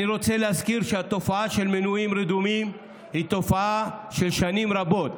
אני רוצה להזכיר שהתופעה של מנויים רדומים היא תופעה של שנים רבות.